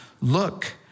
Look